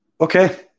okay